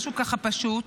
משהו ככה פשוט.